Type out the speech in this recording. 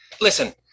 listen